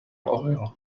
oil